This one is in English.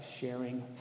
sharing